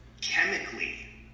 chemically